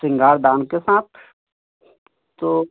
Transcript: सिंगारदान के साथ तो